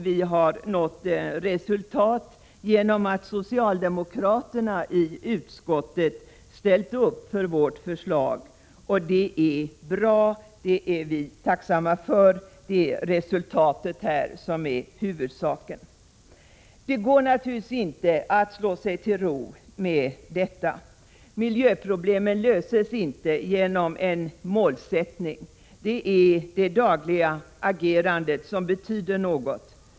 Vi har nått resultat genom att socialdemokraterna i utskottet har gått med på vårt förslag. Det är bra, och det är vi tacksamma för — det är resultatet som är huvudsaken. Det går naturligtvis inte att slå sig till ro med detta. Miljöproblemen löses inte genom en målsättning — det är det dagliga agerandet som betyder något.